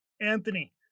Anthony